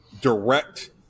direct